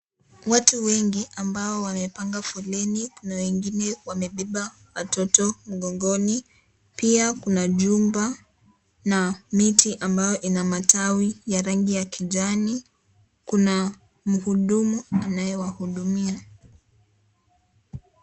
Watu wengi ambao wamepanga foleni, kuna wengine wamebeba watoto mgongoni pia kuna jumba na miti ambayo ina matawi ya rangi ya kijani, kuna mhudumu anayewahudumia.